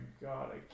God